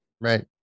right